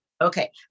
Okay